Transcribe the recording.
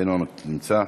אינו נמצא.